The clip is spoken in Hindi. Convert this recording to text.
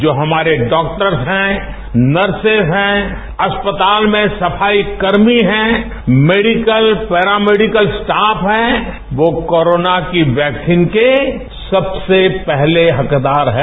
जो हमारे डाक्टर्स हैं नर्सिस हैं अस्पताल में सफाई कर्मी हैं मेडिकल पेरामैडिकल स्टॉफ हैं वो कोरोना की वैक्सीन के सबसे पहले हकदार हैं